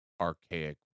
archaic